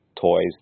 toys